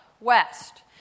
West